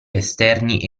esterni